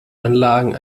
anlagen